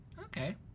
okay